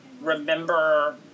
remember